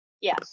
Yes